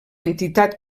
entitat